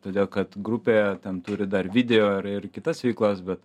todėl kad grupė ten turi dar video ir ir kitas veiklas bet